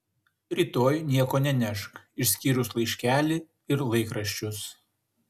rytoj nieko nenešk išskyrus laiškelį ir laikraščius